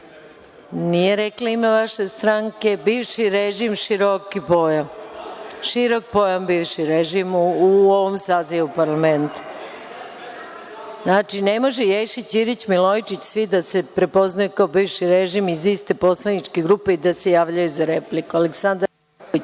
Nije rekla ime vaše stranke, bivši režim je široki pojam. Širok pojam, bivši režim u ovom Sazivu parlamenta. Znači, ne može Ješić, Ćirić, Milojičić, svi da se prepoznaju kao bivši režim iz iste poslaničke grupe i da se javljaju za repliku. Reč ima narodni